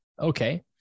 Okay